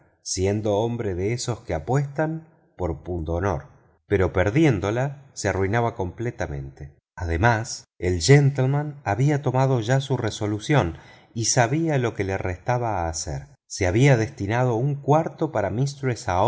siendo hombre de esos que apuestan por pundonor pero perdiéndola se arruinaba completamente además el gentleman había tomado ya su resolución y sabía lo que le restaba hacer se había destinado un cuarto para